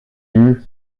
eût